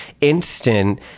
instant